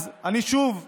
אז אני שב וקורא,